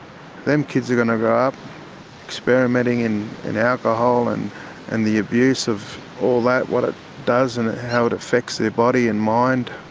them kids are going to grow up experimenting with and and alcohol and and the abuse of all that, what it does and how it affects their body and mind